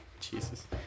Jesus